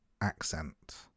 accent